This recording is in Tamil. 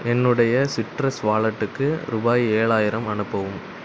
என்னுடைய சிட்ரஸ் வாலெட்டுக்கு ரூபாய் ஏழாயிரம் அனுப்பவும்